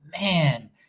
man